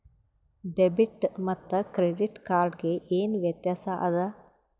Debit ಮತ್ತ credit card ಗೆ ಏನ ವ್ಯತ್ಯಾಸ ಆದ?